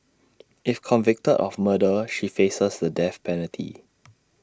if convicted of murder she faces the death penalty